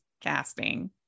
casting